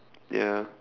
ya